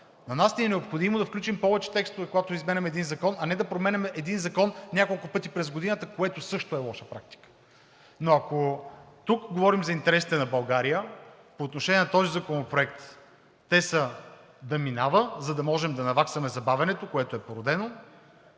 На нас ни е необходимо да включим повече текстове, когато изменяме един закон, а не да променяме един закон няколко пъти през годината, което също е лоша практика. Но ако тук говорим за интересите на България, по отношение на този законопроект те са: да минава, за да можем да наваксаме забавянето, което е породено.